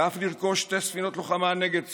ואף לרכוש שתי ספינות לוחמה נגד צוללות,